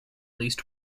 least